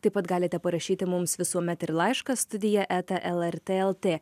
taip pat galite parašyti mums visuomet ir laišką studija eta lrt lt